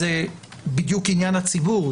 זה בדיוק עניין הציבור.